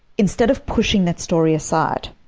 instead of pushing that story aside,